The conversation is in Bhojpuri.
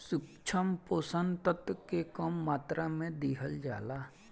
सूक्ष्म पोषक तत्व के कम मात्रा में दिहल जाला